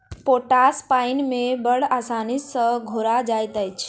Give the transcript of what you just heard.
potash पाइन मे बड़ आसानी सॅ घोरा जाइत अछि